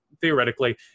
theoretically